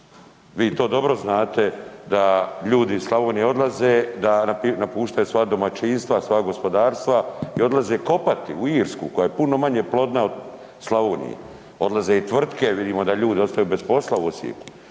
Vi to dobro znate da ljudi iz Slavonije odlaze, da napuštaju svoja domaćinstva, svoja gospodarstva i odlaze kopati u Irsku koja je puno manje plodna od Slavonije. Odlaze i tvrtke, vidimo da ljudi ostaju bez posla u Osijeku.